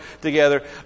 together